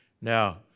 Now